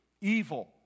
evil